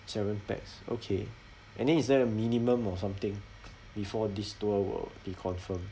seven pax okay and then is there a minimum or something before this tour will be confirmed